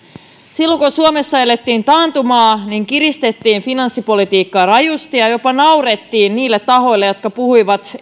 silloin kun suomessa elettiin taantumaa kiristettiin finanssipolitiikkaa rajusti ja ja jopa naurettiin niille tahoille jotka puhuivat